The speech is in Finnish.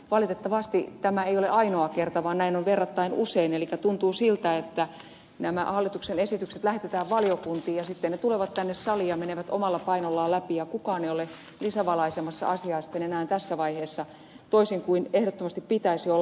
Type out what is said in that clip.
valitettavasti tämä ei ole ainoa kerta vaan näin on verrattain usein elikkä tuntuu siltä että nämä hallituksen esitykset lähetetään valiokuntiin ja sitten ne tulevat tänne saliin ja menevät omalla painollaan läpi ja kukaan ei ole lisävalaisemassa asiaa sitten enää tässä vaiheessa toisin kuin ehdottomasti pitäisi olla